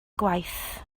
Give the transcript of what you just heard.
gwaith